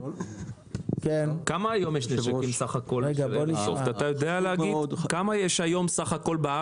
כמה נשקים בארץ יש היום סך הכול?